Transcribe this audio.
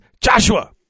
Joshua